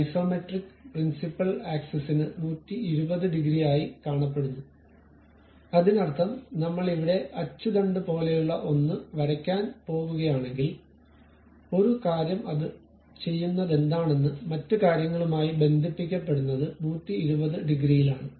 isometric principal ആക്സിസിനു 120 degree ആയി കാണപ്പെടുന്നു അതിനർത്ഥം നമ്മൾ ഇവിടെ അച്ചുതണ്ട് പോലെയുള്ള ഒന്ന് വരയ്ക്കാൻ പോകുകയാണെങ്കിൽ ഒരു കാര്യം അത് ചെയ്യുന്നതെന്താണെന്ന് മറ്റ് കാര്യങ്ങളുമായി ബന്ധപ്പെടുന്നത് 120 ഡിഗ്രിയയിലാണ്